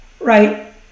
right